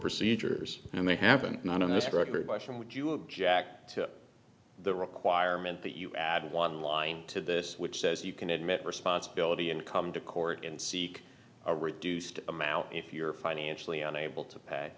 procedures and they haven't not on this record by him would you object to the requirement that you add one line to this which says you can admit responsibility and come to court and seek a reduced amount if you're financially unable to pay